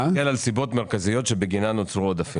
תסתכל על נסיבות מרכזיות בגינן נוצרו עודפים.